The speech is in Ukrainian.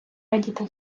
радіти